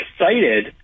excited